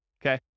okay